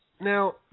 Now